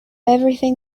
everything